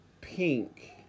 pink